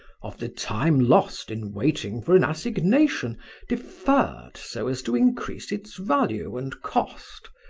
of the time lost in waiting for an assignation deferred so as to increase its value and cost,